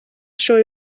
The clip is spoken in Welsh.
sioe